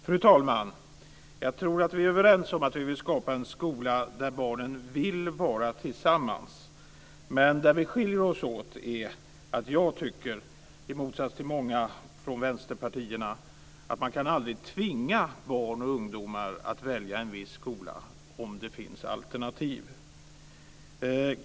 Fru talman! Jag tror att vi är överens om att vi vill skapa en skola där barnen vill vara tillsammans, men vi skiljer oss åt på en punkt: Jag tycker i motsats till många från vänsterpartierna att man aldrig kan tvinga barn och ungdomar att välja en viss skola, om det finns alternativ.